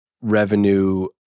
revenue